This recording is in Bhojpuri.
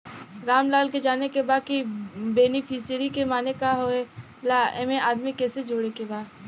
रामलाल के जाने के बा की बेनिफिसरी के माने का का होए ला एमे आदमी कैसे जोड़े के बा?